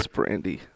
Brandy